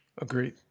Agreed